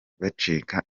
bacika